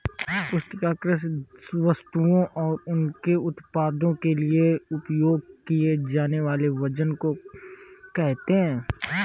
पुस्तिका कृषि वस्तुओं और उनके उत्पादों के लिए उपयोग किए जानेवाले वजन को कहेते है